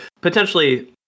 potentially